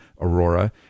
Aurora